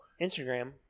Instagram